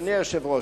אדוני היושב-ראש,